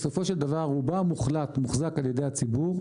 בסופו של דבר רובה המוחלט מוחזק על ידי הציבור,